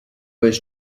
was